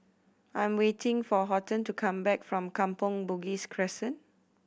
I am waiting for Horton to come back from Kampong Bugis Crescent